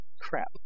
Crap